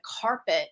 carpet